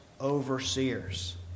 overseers